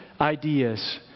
ideas